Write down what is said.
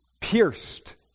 pierced